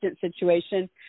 situation